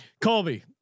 Colby